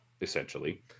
essentially